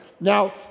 Now